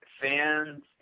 fans